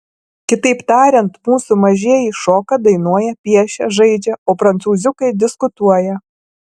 kitaip tariant mūsų mažieji šoka dainuoja piešia žaidžia o prancūziukai diskutuoja